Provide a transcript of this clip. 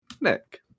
Nick